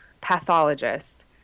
pathologist